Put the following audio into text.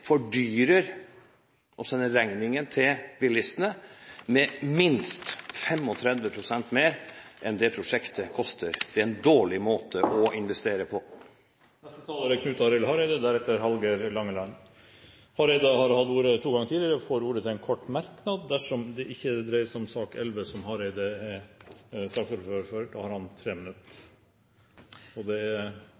fordyrer – og regningen sendes til bilistene – med minst 35 pst. mer enn det prosjektet koster. Det er en dårlig måte å investere på. Representanten Knut Arild Hareide har hatt ordet to ganger tidligere i debatten og får ordet til en kort merknad, begrenset til 1 minutt – dersom det ikke dreier seg om sak nr. 11, som representanten Hareide er saksordfører for. Da har han 3 minutter.